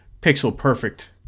pixel-perfect